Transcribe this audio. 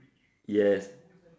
yes